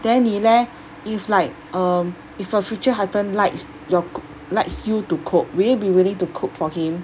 then 你 leh if like um if your future husband likes your co~ likes you to cook will be willing to cook for him